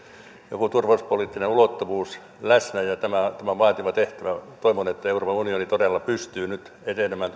joku turvallisuuspoliittinen ulottuvuus läsnä ja tämä on vaativa tehtävä toivon että euroopan unioni todella pystyy nyt etenemään